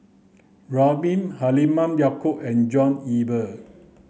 Ramli Halimah Yacob and John Eber